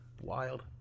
wild